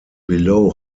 below